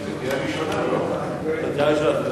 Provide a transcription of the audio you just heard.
קריאה ראשונה, אין הסתייגויות דיבור.